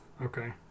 Okay